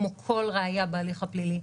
כמו כל ראיה בהליך הפלילי,